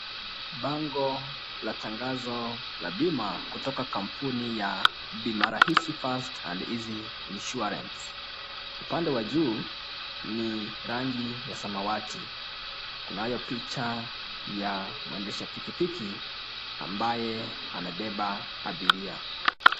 Bango la tangazo la bima kutoka kampuni ya Bima Rahisi Fast and Easy Insuarence. Upande wa juu ni rangi ya samawati, kunayo picha ya mwendesha pikipiki ambaye amebeba abiria.